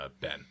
Ben